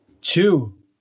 Two